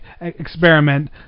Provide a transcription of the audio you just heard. experiment